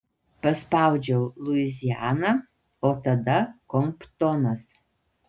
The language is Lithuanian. paspaudžiau luiziana o tada komptonas